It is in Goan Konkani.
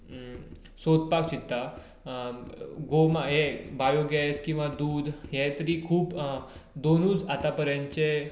सोदपाक चित्ता गोमा ये बायोगेस किंवा दूद हे तरी खुब दोनूच आतां पर्यतचे